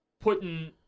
putting